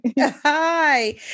Hi